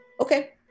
Okay